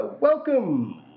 Welcome